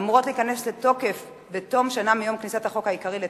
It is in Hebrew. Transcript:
אמורות להיכנס לתוקף בתוך שנה מיום כניסת החוק העיקרי לתוקף,